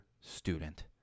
student